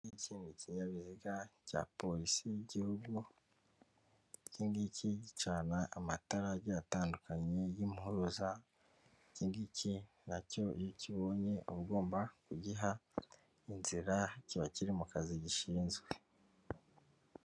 Iki ni ikinyabiziga cya polisi y'igihugu, iki ngiki gicana amatara agiye atandukanye y'impuruza, iki ngiki nacyo iyo ukibonye uba ugomba kugiha inzira, kiba kiri mu kazi gishinzwe.